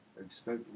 expect